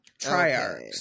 triarchs